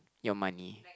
your money